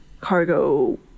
cargo